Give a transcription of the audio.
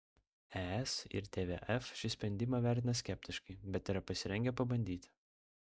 es ir tvf šį sprendimą vertina skeptiškai bet yra pasirengę pabandyti